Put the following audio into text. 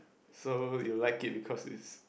so you like it because it's